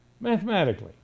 Mathematically